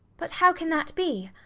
but how can that be?